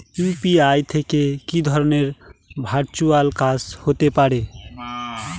UPI থেকে কি ধরণের ভার্চুয়াল কাজ হতে পারে?